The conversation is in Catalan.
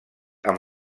amb